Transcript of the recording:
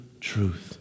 truth